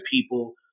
people